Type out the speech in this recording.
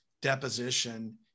deposition